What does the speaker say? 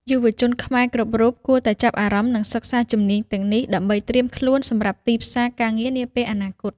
យុវជនខ្មែរគ្រប់រូបគួរតែចាប់អារម្មណ៍និងសិក្សាជំនាញទាំងនេះដើម្បីត្រៀមខ្លួនសម្រាប់ទីផ្សារការងារនាពេលអនាគត។